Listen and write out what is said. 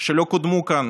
שלא קודמו כאן